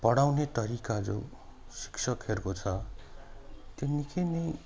पढाउने तरिका जो शिक्षकहरूको छ त्यो निकै नै